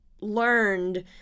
learned